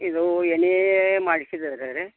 ಇದು N A ಮಾಡ್ಸಿದ್ದಾರೆ ಸರೆ